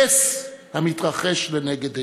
נס המתרחש לנגד עינינו.